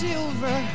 Silver